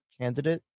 candidate